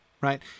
right